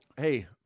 hey